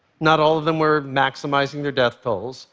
not all of them were maximizing their death tolls,